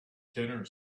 dinner